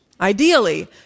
Ideally